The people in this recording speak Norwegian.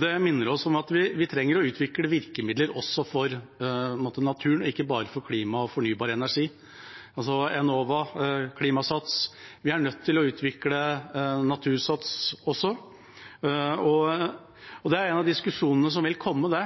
Det minner oss om at vi trenger å utvikle virkemidler også for naturen, ikke bare for klima og fornybar energi. Enova, Klimasats – vi er nødt til å utvikle «Natursats» også. Det er en av diskusjonene som vil komme.